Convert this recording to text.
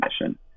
mission